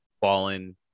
fallen